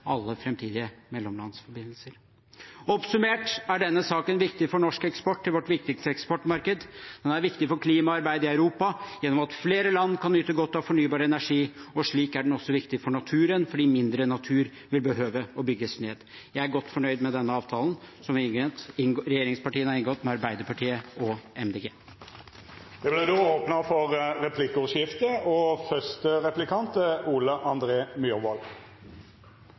alle framtidige mellomlandsforbindelser. Oppsummert er denne saken viktig for norsk eksport i vårt viktigste eksportmarked. Den er viktig for klimaarbeidet i Europa gjennom at flere land kan nyte godt av fornybar energi, og den er også viktig for naturen fordi mindre natur vil måtte bygges ned. Jeg er godt fornøyd med denne avtalen som regjeringspartiene har inngått med Arbeiderpartiet og MDG. Det vert replikkordskifte. Jeg er en ganske sindig og moderat mann, og jeg er